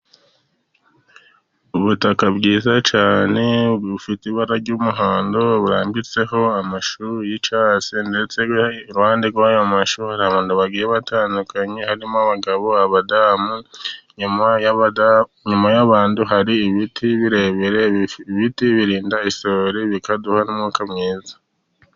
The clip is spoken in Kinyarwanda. Ubutaka bwiza cyane bufite ibara ry' umuhondo, bwanditseho amashuri y' icyatsi ndetse iruhande rwa mashuri, hari abantu bagiye batandukanye harimo abagabo, abadamu inyuma y' abantu hari ibiti birebire, ibiti birinda isuri, bikaduha n' umwuka mwiza.